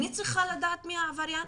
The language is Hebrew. אני צריכה לדעת מי העבריין?